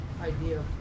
idea